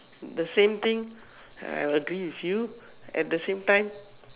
the same thing I'll agree with you at the same time